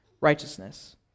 righteousness